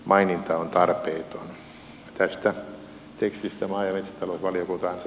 siten perustelujen maininta on tarpeeton